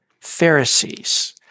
Pharisees